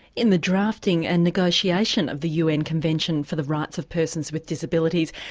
in the drafting and negotiation of the un convention for the rights of persons with disabilities,